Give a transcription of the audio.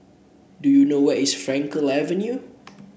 do you know where is Frankel Avenue